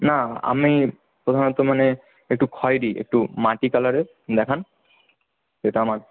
না আমি প্রধানত মানে একটু খয়েরি একটু মাটি কালারের দেখান এটা আমার